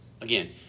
Again